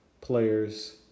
players